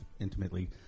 intimately